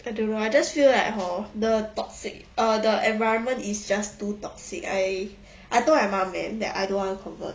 I I just feel like hor the toxic uh the environment is just too toxic I I told my mum man that I don't want to convert